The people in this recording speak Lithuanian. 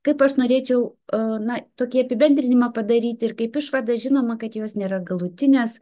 kaip aš norėčiau na tokį apibendrinimą padaryti ir kaip išvada žinoma kad jos nėra galutinės